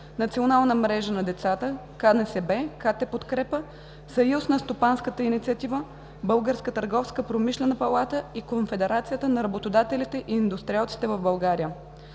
Национална мрежа на децата, КНСБ , КТ „Подкрепа“ , Съюз на стопанската инициатива, Българска търговско-промишлена палата и Конфедерацията на работодателите и индустриалците в България.